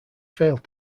failed